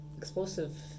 explosive